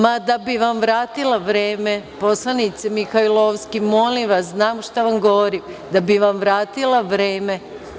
Ma da bih vam vratila vreme, poslanice Mihajlovska, molim vas, znam šta vam govorim, da bih vam vratila vreme.